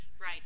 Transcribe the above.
Right